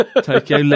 Tokyo